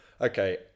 okay